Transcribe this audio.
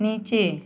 नीचे